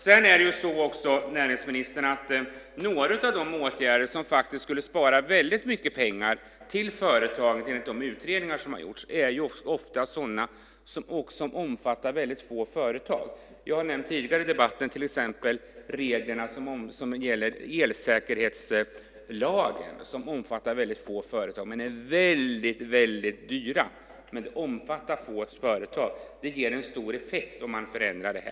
Det är också så, näringsministern, att de åtgärder som skulle spara väldigt mycket pengar till företagen, enligt de utredningar som har gjorts, ofta är sådana som omfattar väldigt få företag. Jag har tidigare i debatten nämnt reglerna som gäller elsäkerhetslagen som omfattar väldigt få företag men är väldigt dyra. Men det omfattar få företag. Det ger en stor effekt om man förändrar det.